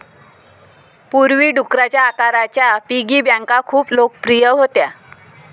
पूर्वी, डुकराच्या आकाराच्या पिगी बँका खूप लोकप्रिय होत्या